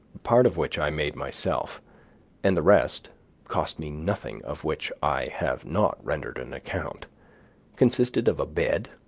part of which i made myself and the rest cost me nothing of which i have not rendered an account consisted of a bed,